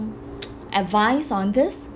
advice on this